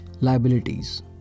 Liabilities